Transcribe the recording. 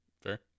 fair